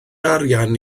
arian